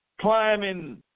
climbing